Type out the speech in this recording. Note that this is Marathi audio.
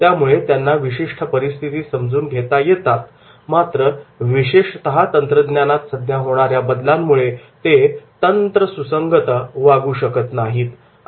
त्यामुळे त्यांना विशिष्ट परिस्थिती समजून घेता येतात मात्र विशेषतः तंत्रज्ञानात सध्या होणाऱ्या बदलांमुळे ते तंत्रसुसंगत वागू शकत नाहीत